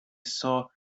saw